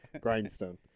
Grindstone